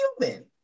human